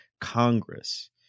Congress